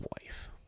Wife